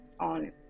on